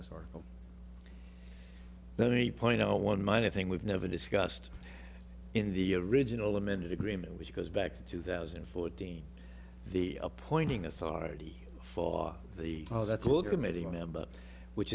this article let me point out one minor thing we've never discussed in the original amended agreement which goes back to two thousand and fourteen the appointing authority for the now that's